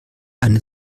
eine